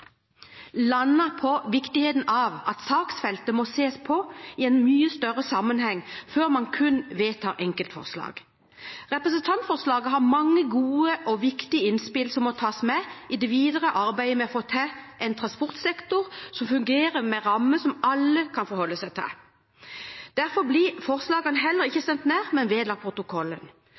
landet på viktigheten av at saksfeltet må ses i en mye større sammenheng før man kun vedtar enkeltforslag. Representantforslaget har mange gode og viktige innspill som må tas med i det videre arbeidet med å få til en transportsektor som fungerer, med rammer som alle kan forholde seg til. Derfor blir representantforslaget heller ikke stemt ned, men blir vedlagt protokollen.